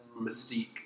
mystique